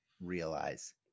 realize